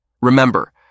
Remember